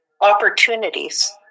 opportunities